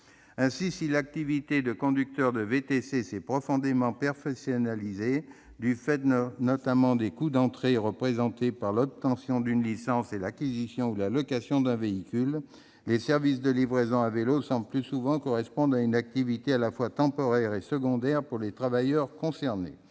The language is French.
Ainsi, si l'activité de conducteur de VTC s'est profondément professionnalisée, du fait notamment des coûts d'entrée représentés par l'obtention d'une licence et l'acquisition ou la location d'un véhicule, les services de livraison à vélo semblent plus souvent correspondre à une activité à la fois temporaire et secondaire pour les travailleurs concernés.